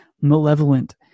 malevolent